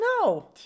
no